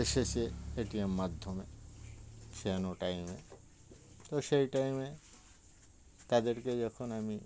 এসেছে ATM মাধ্যমে শানো টাইমে তো সেই টাইমে তাদেরকে যখন আমি